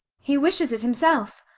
he wishes it himself.